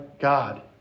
God